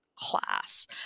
class